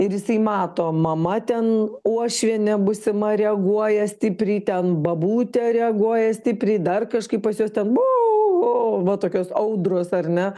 ir jisai mato mama ten uošvienė būsima reaguoja stipriai ten babutė reaguoja stipriai dar kažkaip pas juos ten bo va tokios audros ar ne